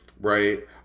right